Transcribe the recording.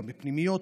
פנימיות,